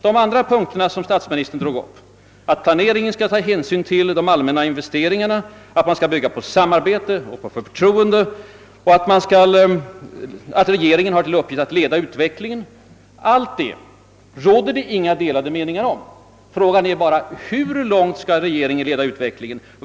På alla övriga punkter som statsministern angav — att planeringen skall ta hänsyn till de allmänna investeringarna, att man skall bygga på samarbete och förtroende, att regeringen har till uppgift att leda utvecklingen — råder det inga delade meningar. Frågan är bara: Hur långt skall regeringen leda utvecklingen?